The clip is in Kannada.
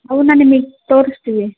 ಅವನ್ನ ನಿಮಗೆ ತೋರಿಸ್ತೀವಿ